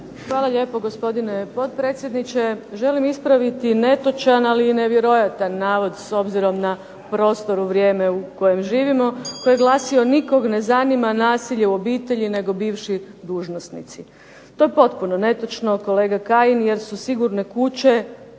Hvala lijepo gospodine potpredsjedniče. Želim ispraviti netočan, ali i nevjerojatan navod, s obzirom na prostor u vrijeme u kojem živimo, koji je glasio nikog ne zanima nasilje u obitelji nego bivši dužnosnici. To je potpuno netočno kolega Kajin, jer su sigurne kuće